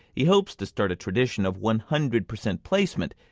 he hopes to start a tradition of one hundred percent placement.